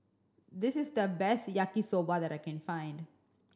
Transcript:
this is the best Yaki Soba that I can find